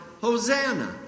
Hosanna